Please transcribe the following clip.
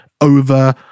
over